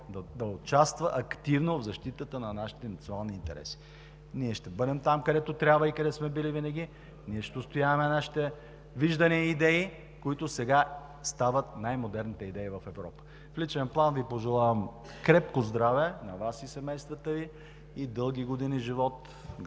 да участва активно в защитата на нашите национални интереси! Ние ще бъдем там, където трябва и където сме били винаги. Ние ще отстояваме нашите виждания и идеи, които сега стават най-модерните в Европа. В личен план Ви пожелавам крепко здраве на Вас и семействата Ви и дълги години живот,